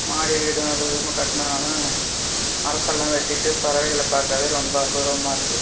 மாடி வீடும் அதுவும் இதுவுமா கட்டினதுனால மரத்தெல்லாம் வெட்டிவிட்டு பறவைகளை பார்க்கறதே ரொம்ப அபூர்வமாக இருக்குது